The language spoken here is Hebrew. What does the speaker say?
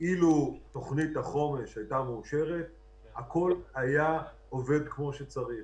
אילו תוכנית החומש הייתה מאושרת הכול היה עובד כפי שצריך,